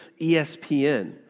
ESPN